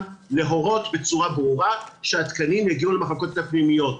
להורות בצורה ברורה שהתקנים יגיעו למחלקות הפנימיות.